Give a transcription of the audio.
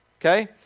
okay